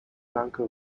lanka